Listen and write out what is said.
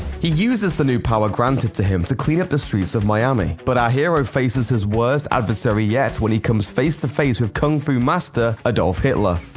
he uses the new power granted to him to clean up the streets of miami. but our hero faces his worst adversary yet when he comes face-to-face with kung fu master. adolf hitler.